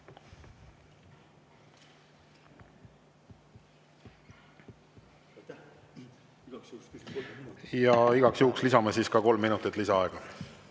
Igaks juhuks lisame ka kolm minutit lisaaega.